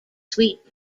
sweet